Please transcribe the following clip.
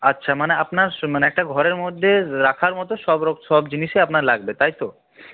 আচ্ছা মানে আপনার মানে একটা ঘরের মধ্যে রাখার মতো সব সব জিনিসই আপনার লাগবে তাই তো